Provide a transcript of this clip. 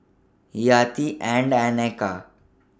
Hayati Ain and Eka